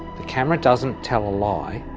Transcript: the camera doesn't tell a lie,